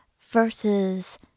versus